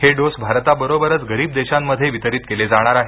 हे डोस भारताबरोबरच गरीब देशांमध्ये वितरीत केले जाणार आहेत